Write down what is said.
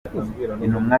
intumwa